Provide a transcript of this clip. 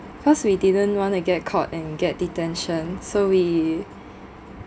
cause we didn't want to get caught and get detention so we